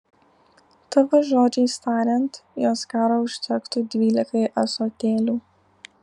tavo žodžiais tariant jos garo užtektų dvylikai ąsotėlių